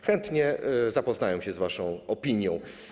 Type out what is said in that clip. Chętnie zapoznają się z waszą opinią.